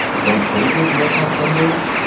don't they take milk on sundays?